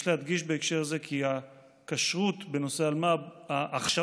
יש להדגיש בהקשר זה כי ההכשרות בנושא אלימות במשפחה